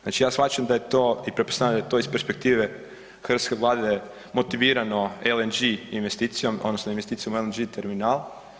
Znači ja shvaćam da je to i pretpostavljam da je to iz perspektive hrvatske vlade da je motivirano LNG investicijom odnosno investicijom u LNG terminal.